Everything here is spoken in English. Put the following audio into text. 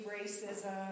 racism